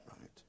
Right